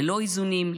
ללא איזונים,